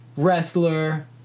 wrestler